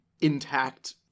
intact